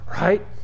right